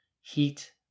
heat